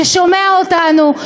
ששומע אותנו,